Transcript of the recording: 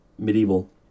Medieval